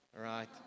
right